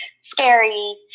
scary